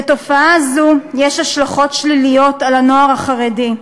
לתופעה זו יש השלכות שליליות על הנוער החרדי,